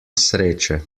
sreče